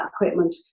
equipment